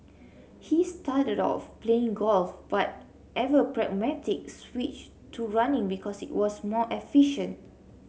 he started off playing golf but ever pragmatic switched to running because it was more efficient